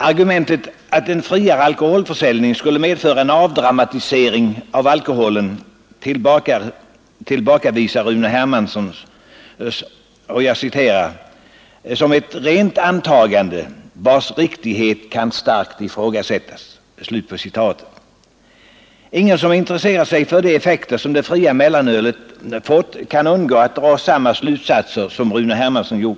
Argumentet att en friare alkoholförsäljning skulle medföra en avdramatisering av alkoholen tillbakavisar Rune Hermansson som ”ett rent antagande vars riktighet kan starkt ifrågasättas”. Ingen som intresserat sig för de effekter som det fria mellanölet fått kan undgå att dra samma slutsatser som Rune Hermansson.